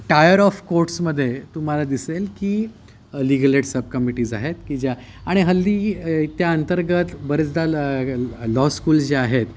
tyre of कोर्ट्समध्ये तुम्हाला दिसेल की लीगल एड सब कमिटीज आहेत की ज्या आणि हल्ली त्या अंतर्गत बरेचदा ल लॉ स्कूल ज्या आहेत